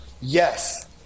Yes